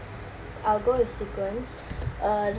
I will go with sequence uh